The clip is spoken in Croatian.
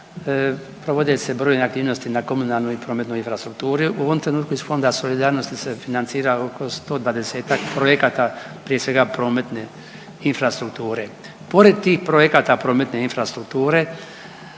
provode se brojne aktivnosti na komunalnoj i prometnoj infrastrukturi. U ovom trenutku iz Fonda solidarnosti se financira oko 120-ak projekata prije svega prometne infrastrukture. Pored tih projekata prometne infrastrukture